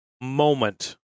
moment